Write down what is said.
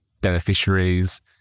beneficiaries